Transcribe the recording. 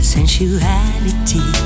Sensuality